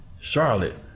Charlotte